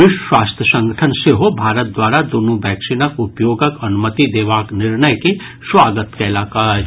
विश्व स्वास्थ्य संगठन सेहो भारत द्वारा दूनू वैक्सीनक उपयोगक अनुमति देबाक निर्णय के स्वागत कयलक अछि